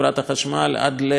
עד ליבוא,